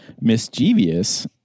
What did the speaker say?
mischievous